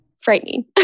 frightening